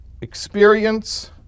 experience